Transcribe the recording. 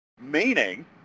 Meaning